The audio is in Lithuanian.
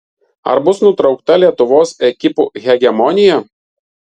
ar bus nutraukta lietuvos ekipų hegemonija